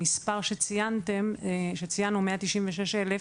המספר שציינו, 196,000,